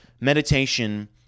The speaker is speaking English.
meditation